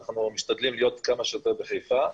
אנחנו משתדלים להיות כמה שיותר בחיפה.